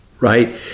right